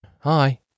Hi